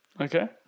Okay